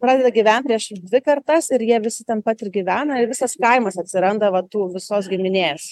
pradeda gyvent prieš dvi kartas ir jie visi ten pat ir gyvena ir visas kaimas atsiranda va tų visos giminės